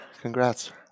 Congrats